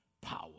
power